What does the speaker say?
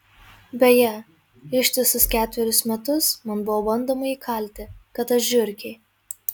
beje ištisus ketverius metus man buvo bandoma įkalti kad aš žiurkė